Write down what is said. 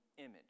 image